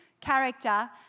character